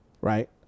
Right